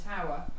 tower